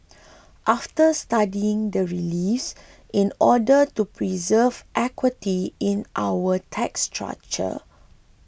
after studying the reliefs in order to preserve equity in our tax structure